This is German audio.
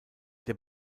der